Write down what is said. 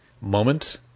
moment